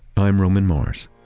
i am roman mars